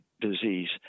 disease